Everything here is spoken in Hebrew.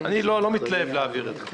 אני לא מתלהב להעביר את זה.